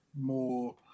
more